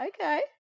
Okay